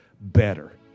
better